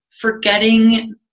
forgetting